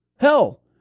Hell